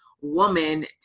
woman